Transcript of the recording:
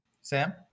Sam